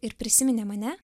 ir prisiminė mane